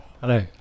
Hello